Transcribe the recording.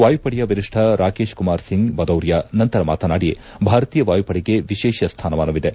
ವಾಯುಪಡೆಯ ವರಿಷ್ಠ ರಾಕೇಶ್ ಕುಮಾರ್ ಸಿಂಗ್ ಬೌದೂರಿಯ ನಂತರ ಮಾತನಾಡಿ ಭಾರತೀಯ ವಾಯುಪಡೆಗೆ ವಿಶೇಷ ಸ್ಥಾನಮಾನವಿದೆ